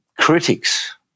critics